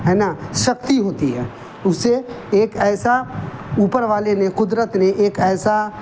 ہے نا شکتی ہوتی ہے اسے ایک ایسا اوپر والے نے قدرت نے ایک ایسا